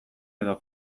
edo